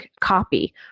copy